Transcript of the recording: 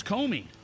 Comey